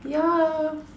yeah